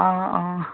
অ' অ'